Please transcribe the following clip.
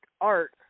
art